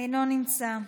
נמצא.